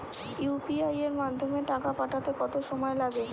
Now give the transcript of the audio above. UPI এর মাধ্যমে টাকা পাঠাতে কত সময় লাগে?